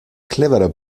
cleverer